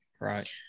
Right